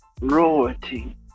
royalty